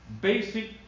basic